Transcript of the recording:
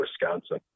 Wisconsin